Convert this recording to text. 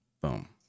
boom